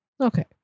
Okay